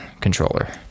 controller